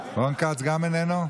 גם רון כץ איננו?